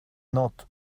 not